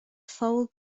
foul